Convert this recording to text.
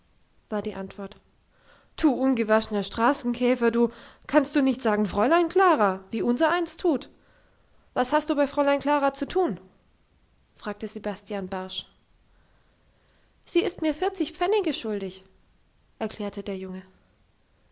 war die antwort du ungewaschener straßenkäfer du kannst du nicht sagen fräulein klara wie unsereins tut was hast du bei fräulein klara zu tun fragte sebastian barsch sie ist mir vierzig pfennige schuldig erklärte der junge